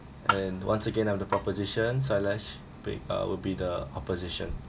and once again I'm the proposition silas wait uh will be the opposition